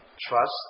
Trust